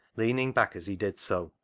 leaning back as he did so,